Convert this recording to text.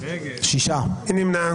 מי נמנע?